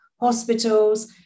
hospitals